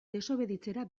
desobeditzera